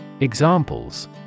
Examples